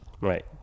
right